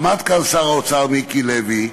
עמד כאן שר האוצר מיקי לוי,